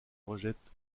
rejette